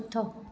उथो